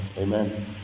Amen